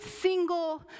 single